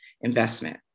investment